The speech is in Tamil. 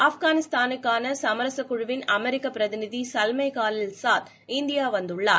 ஆப்கானிஸ்தானுக்கான சமரச குழுவின் அமெரிக்க பிரதிநிதி சல்மெய் காலில்சாத் இந்தியா வந்துள்ளார்